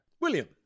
William